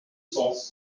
cents